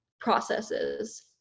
processes